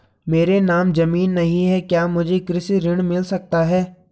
मेरे नाम ज़मीन नहीं है क्या मुझे कृषि ऋण मिल सकता है?